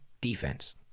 defense